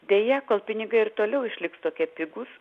deja kol pinigai ir toliau išliks tokie pigūs